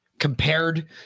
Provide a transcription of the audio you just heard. Compared